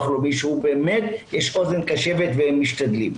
הלאומי שהוא באמת עם אוזן קשבת והם משתדלים.